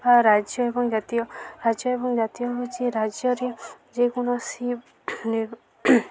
ବା ରାଜ୍ୟ ଏବଂ ଜାତୀୟ ରାଜ୍ୟ ଏବଂ ଜାତୀୟ ହେଉଛି ରାଜ୍ୟରେ ଯେକୌଣସି